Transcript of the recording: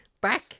back